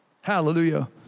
Hallelujah